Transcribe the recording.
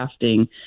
crafting